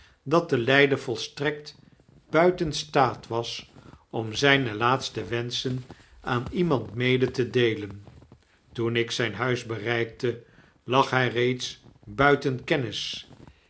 dat de lyder volstrekt buiten staat was om zyne laatste wenschen aan iemand mede te deelen toen ik zyn huis bereiktelag hy reeds buiten kennis